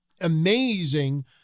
amazing